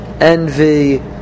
envy